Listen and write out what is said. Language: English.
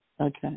Okay